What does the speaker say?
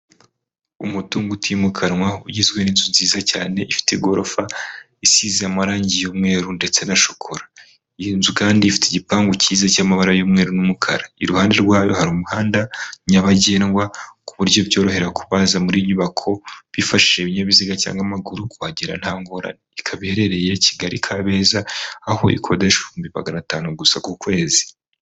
Umutungo utimukanwa ugizwe n'inzu nziza cyane ifite igorofa isize amarangi y'umweru ndetse na shokora. Iyi nzu kandi ifite igipangu cyiza cy'amabara y'umweru n'umukara. Iruhande rwayo hari umuhanda nyabagendwa ku buryo byorohera kubaza muri iyi nyubako bifashishije ibinyabiziga cyangwa amaguru, kuhagera nta ngorane. Ikaba iherereye Kigali Kabeza aho ikodeshwa ibihumbi magana atanu gusa ku kwezi.